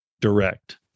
direct